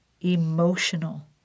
emotional